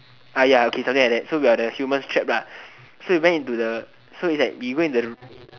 ah ya okay something like that so we are the humans trapped lah so we went into the so it's like we go into the